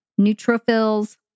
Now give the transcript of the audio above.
neutrophils